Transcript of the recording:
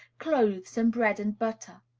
clothes, and bread and butter.